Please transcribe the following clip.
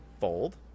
Fold